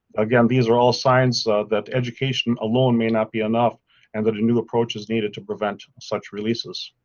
again these are all signs that education alone may not be enough and that a new approach is needed to prevent such releases.